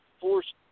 force